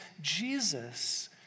Jesus